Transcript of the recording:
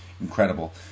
incredible